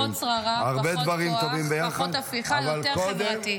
פחות שררה, פחות כוח, פחות הפיכה, יותר חברתי.